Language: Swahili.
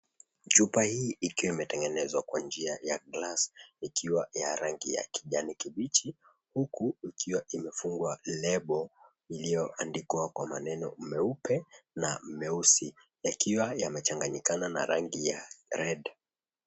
Chupa hii ikiwa imetengenezwa kwa njia ya glass , ikiwa ya rangi ya kijani kibichi, huku ikiwa imefungwa lebo iliyoandikwa kwa maneno meupe na meusi yakiwa yamechanganyikana na rangi ya red .